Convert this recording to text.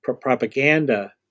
propaganda